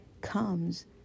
comes